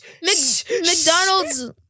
McDonald's